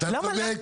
אתה צודק.